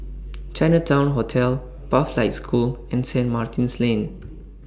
Chinatown Hotel Pathlight School and Saint Martin's Lane